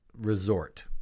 resort